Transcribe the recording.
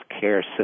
care